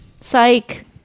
Psych